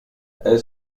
est